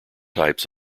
types